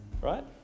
right